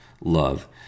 love